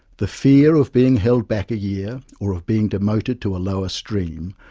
the fear of being held back a year, or of being demoted to a lower stream,